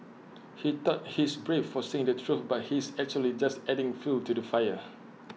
he thought he's brave for saying the truth but he's actually just adding fuel to the fire